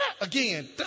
again